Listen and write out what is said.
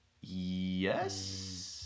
Yes